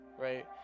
right